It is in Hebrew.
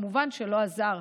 כמובן שלא עזר.